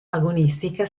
agonistica